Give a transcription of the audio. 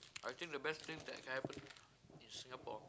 I think the best thing that can happen in Singapore